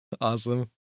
Awesome